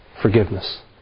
forgiveness